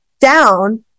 down